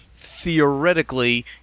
theoretically